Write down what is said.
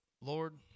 Lord